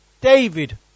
David